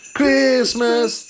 Christmas